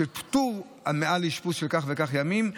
של פטור באשפוז של מעל כך וכך ימים,